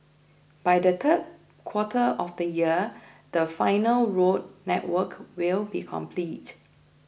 by the third quarter of next year the final road network will be complete